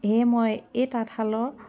সেয়ে মই এই তাঁতশালৰ